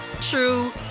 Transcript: true